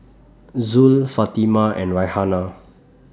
Zul Fatimah and Raihana